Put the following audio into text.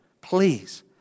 please